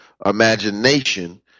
imagination